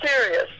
serious